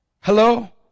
Hello